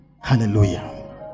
Hallelujah